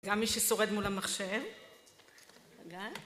גם מי ששורד מול המחשב.